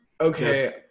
Okay